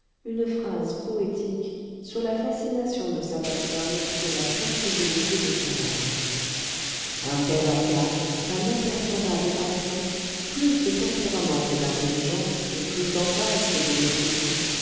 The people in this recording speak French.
une phrase poétique sur la fascination de sa personne et la sensibilité de son âme un bel organe un imperturbable aplomb plus de tempérament que d'intelligence et plus d'emphase que de